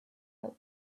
with